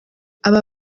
aba